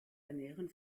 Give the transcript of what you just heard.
ernähren